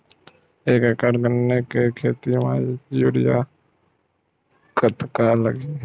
एक एकड़ गन्ने के खेती म यूरिया कतका लगही?